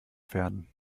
pferden